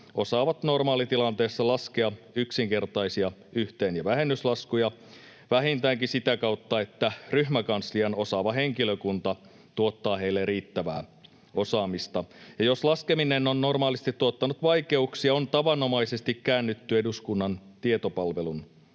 osaavat normaalitilanteessa laskea yksinkertaisia yhteen- ja vähennyslaskuja vähintäänkin sitä kautta, että ryhmäkanslian osaava henkilökunta tuottaa heille riittävää osaamista, ja jos laskeminen on normaalisti tuottanut vaikeuksia, on tavanomaisesti käännytty eduskunnan tietopalvelun